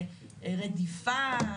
"רדיפה",